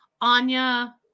anya